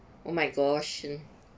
oh my gosh mm